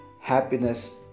happiness